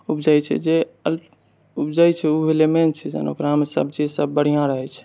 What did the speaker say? उबजै छै जे उबजै छै ऊ होलै मेन सीजन ओकरामे सब चीज सब बढ़ियाँ रहै छै